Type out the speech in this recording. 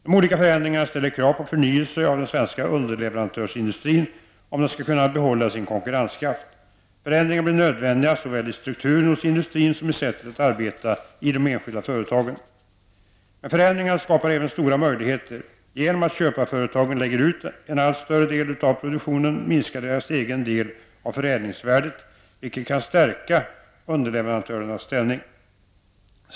De olika förändringarna ställer krav på förnyelse av den svenska underleverantörsindustrin om den skall kunna behålla sin konkurrenskraft. Förändringar blir nödvändiga såväl i strukturen hos industrin som i sättet att arbeta i det enskilda företaget. Men förändringarna skapar även stora möjligheter. Genom att köparföretagen lägger ut en allt större del av produktionen minskar deras egen del av förädlingsvärdet, vilket kan stärka underleverantörernas ställning.